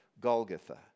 Golgotha